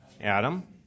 Adam